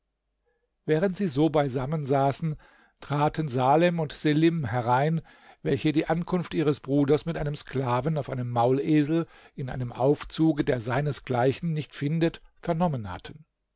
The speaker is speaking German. während sie so beisammen saßen traten salem und selim herein welche die ankunft ihres bruders mit einem sklaven auf einem maulesel in einem aufzuge der seinesgleichen nicht findet vernommen hatten